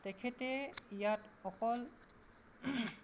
তেখেতে ইয়াত অকল